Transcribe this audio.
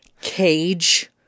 cage